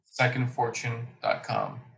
Secondfortune.com